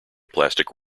plastic